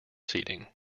seating